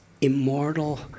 immortal